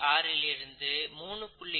6 லிருந்து 3